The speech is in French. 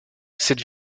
cette